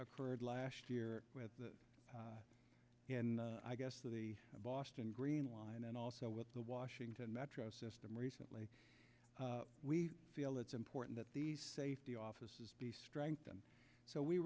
occurred last year with the i guess of the boston green line and also with the washington metro system recently we feel it's important that the safety offices be strengthened so we